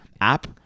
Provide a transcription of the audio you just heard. app